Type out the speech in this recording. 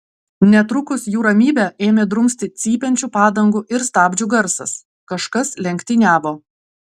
netrukus jų ramybę ėmė drumsti cypiančių padangų ir stabdžių garsas kažkas lenktyniavo